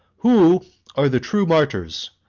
who are the true martyrs,